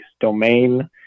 domain